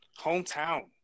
Hometown